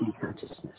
consciousness